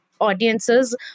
audiences